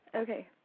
Okay